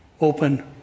open